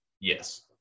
Yes